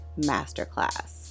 masterclass